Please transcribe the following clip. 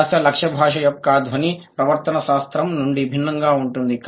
నా యాస లక్ష్య భాష యొక్క ధ్వని ప్రవర్తన శాస్త్రం phonology ఫోనాలజీ నుండి భిన్నంగా ఉంటుంది